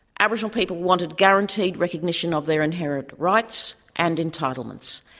aboriginal people wanted guaranteed recognition of their inherent rights and entitlements,